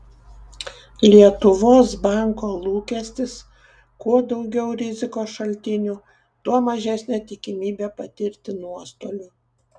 lietuvos banko lūkestis kuo daugiau rizikos šaltinių tuo mažesnė tikimybė patirti nuostolių